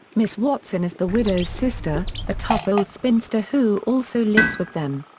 miss watson is the widow's sister, a tough old spinster who also lives with them.